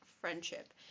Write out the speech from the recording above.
friendship